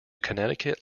connecticut